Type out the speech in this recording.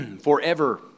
Forever